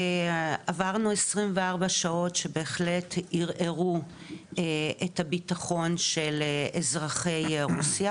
עברנו כ-24 שעות שבהחלט ערערו את הביטחון של אזרחי רוסיה,